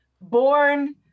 Born